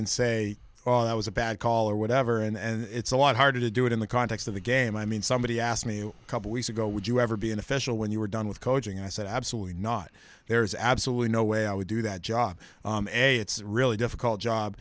and say well that was a bad call or whatever and it's a lot harder to do it in the context of the game i mean somebody asked me a couple weeks ago would you ever be an official when you were done with coaching and i said absolutely not there's absolutely no way i would do that job it's really difficult job